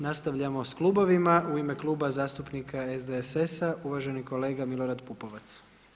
Nastavljamo s klubovima, u ime Kluba zastupnika SDSS-a uvaženi kolega Milorad Pupovac.